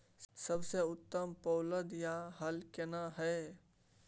सबसे उत्तम पलौघ या हल केना हय?